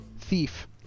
Thief